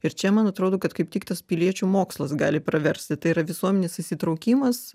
ir čia man atrodo kad kaip tik tas piliečių mokslas gali praversti tai yra visuomenės įsitraukimas